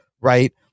right